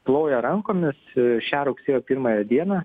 ploja rankomis šią rugsėjo pirmąją dieną